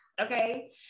okay